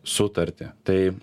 sutartį tai